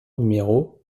numéro